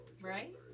right